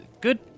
good